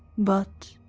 but,